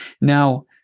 Now